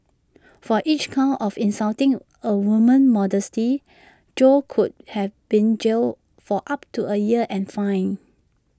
for each count of insulting A woman's modesty Jo could have been jailed for up to A year and fined